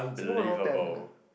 Singapore no talent ah